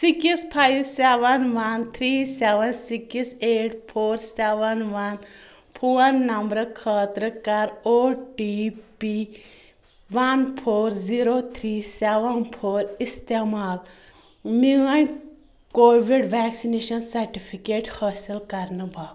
six five seven one three seven six eight four seven one phone نمبرٕ خٲطرٕ کر O T P one four zero three seven four استعمال میٛٲنۍ Covid vaccination certificate حٲصِل کرنہٕ باپتھ